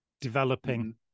developing